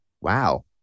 wow